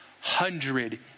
hundred